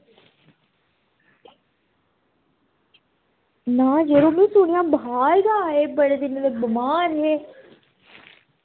ना यरो में सुनेआ बुखार गै आए बड़े दिन दे बमार हे